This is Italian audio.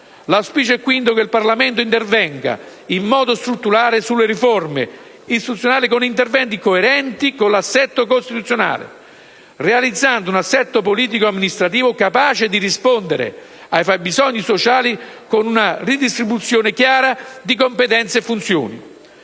L'auspicio è quindi che il Parlamento intervenga in modo strutturale sulle riforme istituzionali con interventi coerenti con l'assetto costituzionale, realizzando un assetto politico amministrativo capace di rispondere ai fabbisogni sociali con una redistribuzione chiara di competenze e funzioni.